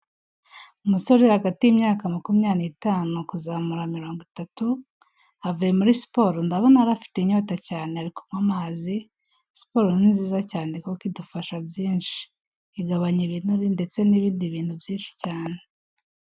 Umusore uri hagati y'imyaka makumyabiri n'itanuzamura mirongo itatu, avuye muri siporo, ndabonara yari afite inyota cyane ari kunywa amazi, siporo ni nziza cyane kuko idufasha byinshi, igabanya ibinure ndetse n'ibindi bintu byinshi cyane.